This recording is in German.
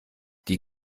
die